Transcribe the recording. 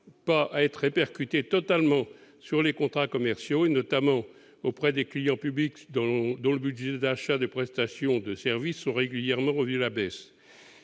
pourra être répercuté totalement sur les contrats commerciaux, notamment auprès des clients publics, dont les budgets d'achat de prestations de services sont régulièrement revus à la baisse.